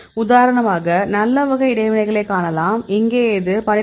உதாரணமாக நல்ல வகை இடைவினைகளைக் காணலாம் இங்கே இது 12